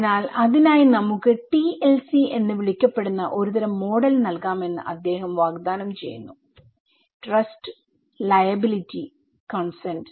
അതിനാൽ അതിനായി നമുക്ക് TLC എന്ന് വിളിക്കപ്പെടുന്ന ഒരു തരം മോഡൽ നൽകാമെന്ന് അദ്ദേഹം വാഗ്ദാനം ചെയ്യുന്നുട്രസ്റ്റ് ലയബിലിറ്റി കൺസെന്റ്